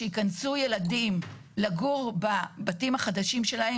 שייכנסו ילדים לגור בבתים החדשים שלהם,